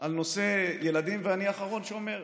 על נושא ילדים, ואני האחרון שאומר.